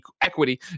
equity